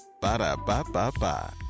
Ba-da-ba-ba-ba